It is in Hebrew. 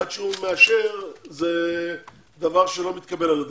עד שהוא מאשר זה דבר שלא מתקבל על הדעת.